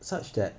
such that